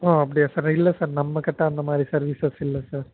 ஓ அப்படியா சார் இல்லை சார் நம்மக்கிட்ட அந்தமாதிரி சர்வீஸஸ் இல்லை சார்